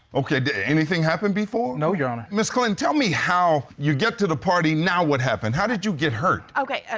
okay anything happen before? no, your honor. ms. clinton, tell me how, you get to the party, now what happened? how did you get hurt? okay, ah,